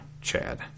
Chad